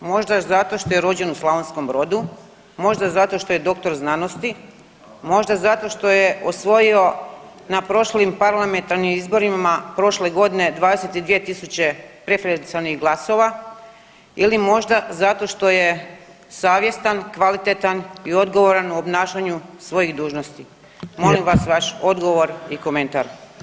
Možda zato što je rođen u Slavonskom Brodu, možda zato što je doktor znanosti, možda zato što je osvojio na prošlim parlamentarnim izborima prošle godine 22.000 preferencionalnih glasova ili možda zato što je savjestan, kvalitetan i odgovoran u obnašanju svojih dužnosti, molim vas vaš odgovor i komentar.